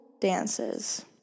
dances